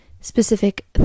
specific